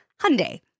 Hyundai